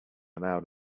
allowed